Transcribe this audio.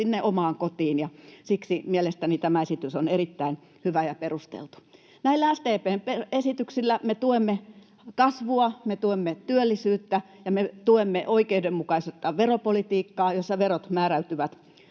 sinne omaan kotiin, ja siksi mielestäni tämä esitys on erittäin hyvä ja perusteltu. Näillä SDP:n esityksillä me tuemme kasvua, me tuemme työllisyyttä ja me tuemme oikeudenmukaista veropolitiikkaa, jossa verot määräytyvät